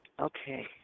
okay